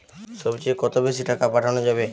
সব চেয়ে কত বেশি টাকা পাঠানো যাবে?